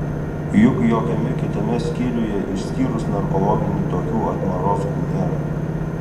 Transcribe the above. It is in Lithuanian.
juk jokiame kitame skyriuje išskyrus narkologinį tokių atmarozkų nėra